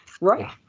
right